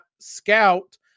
scout